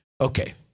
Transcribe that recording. Okay